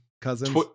cousins